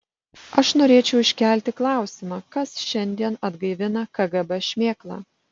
aš norėčiau iškelti klausimą kas šiandien atgaivina kgb šmėklą